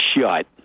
shut